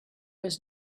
was